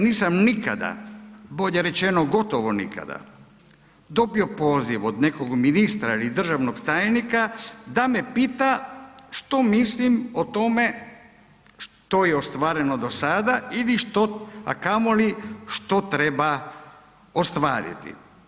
Nisam nikada, bolje rečeno gotovo nikada dobio poziv od nekog ministra ili državnog tajnika da me pita što mislim o tome što je ostvareno do sada a kamoli što treba ostvariti.